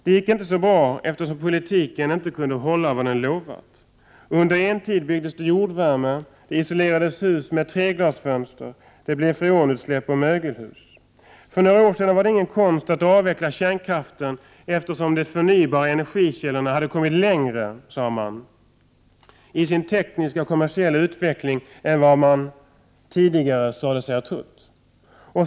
Det gick inte så bra, eftersom politiken inte kunde hålla vad den lovat. Under en tid byggdes det jordvärme. Det isolerades hus med treglasfönster, vilket ledde till freonutsläpp och mögelhus. För några år sedan var det ingen konst att avveckla kärnkraften, eftersom de förnybara energikällorna hade kommit längre — sade man —i sin tekniska och kommersiella utveckling än vad man tidigare sade sig ha trott.